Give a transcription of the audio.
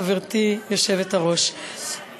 חברתי היושבת-ראש,